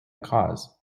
cause